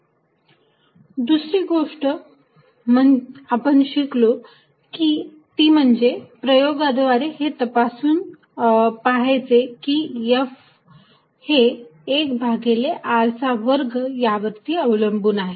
F1 14π0q1q2r122r1214π0q1q2r123r21 दुसरी गोष्ट आपण शिकलो ती म्हणजे प्रयोगाद्वारे हे कसे तपासून पहायचे की F हे 1 भागिले r चा वर्ग यावरती अवलंबून आहे